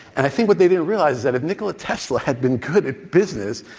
and i think what they didn't realize is that if nicola tesla had been good at business,